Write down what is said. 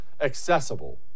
accessible